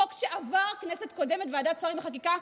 חוק שעבר בכנסת קודמת ועדת שרים לחקיקה,